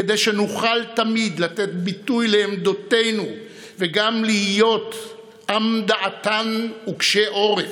כדי שנוכל תמיד לתת ביטוי לעמדותינו וגם להיות עם דעתן וקשה עורף,